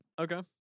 Okay